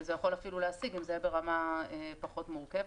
זה יכול אפילו להשיג אם זה יהיה ברמה פחות מורכבת,